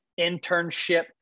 internship